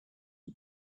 and